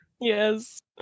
Yes